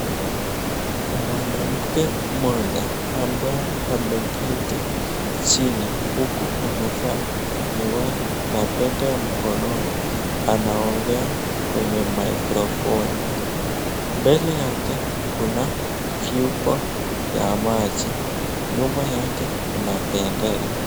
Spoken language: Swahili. Mwanamke moja ambaye ameketi chini huku amevaa miwani na pete mkononi anaongea kwenye maikrofoni . Mbele yake kuna vyupa ya maji. Nyuma yake kuna bendera.